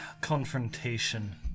confrontation